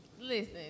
Listen